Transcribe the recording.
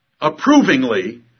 approvingly